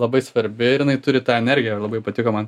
labai svarbi ir jinai turi tą energiją labai patiko man